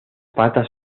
patas